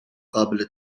قابل